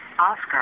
Oscar